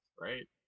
Right